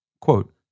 Quote